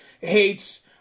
Hates